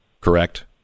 correct